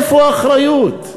איפה האחריות?